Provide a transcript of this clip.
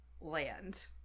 land